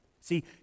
See